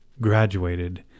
graduated